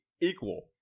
equal